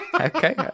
Okay